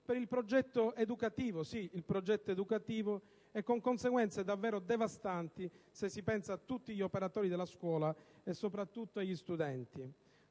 per il progetto educativo - sì, il progetto educativo - e con conseguenze davvero devastanti se si pensa a tutti gli operatori della scuola e, soprattutto, agli studenti.